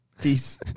Peace